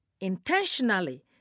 intentionally